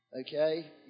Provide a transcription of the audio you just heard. Okay